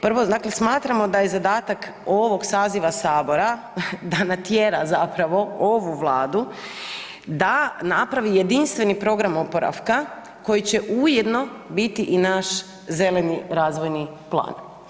Prvo, dakle smatramo da je zadatak ovog saziva Sabora da natjera zapravo ovu Vladu da napravi jedinstveni program oporavka koji će ujedno biti i naš zeleni razvojni plan.